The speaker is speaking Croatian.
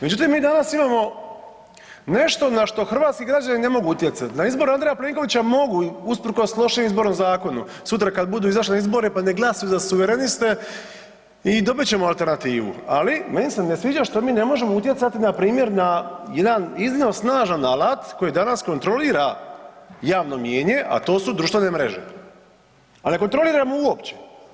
Međutim mi danas imamo nešto na što hrvatski građani ne mogu utjecat, na izbor Andreja Plenkovića mogu usprkos lošem Izbornom zakonu, sutra kada budu izašli na izbore pa neka glasuju za suvereniste i dobit ćemo alternativu, ali meni se ne sviđa što mi ne možemo utjecati npr. na jedan iznimno snažan alat koji danas kontrolira javno mnijenje, a to su društvene mreže, ali ne kontroliramo uopće.